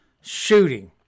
shooting